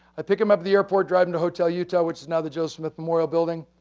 i pick him up the airport driving to hotel utah, which is now the joseph smith memorial building,